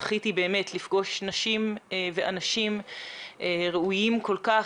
באמת זכיתי לפגוש נשים ואנשים ראויים כל כך,